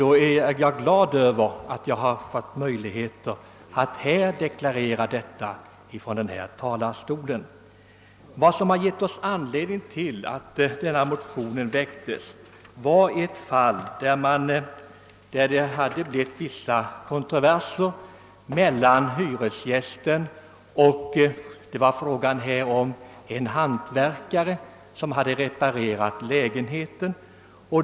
Jag är glad över att ha fått möjlighet att påpeka detta från denna talarstol. Vad som gav oss anledning att väcka denna motion var ett fall, där det hade blivit vissa kontroverser mellan hyresgästen och den hantverkare som hade reparerat lägenheten.